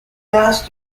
last